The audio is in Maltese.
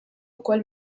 ukoll